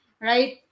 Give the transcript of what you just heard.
right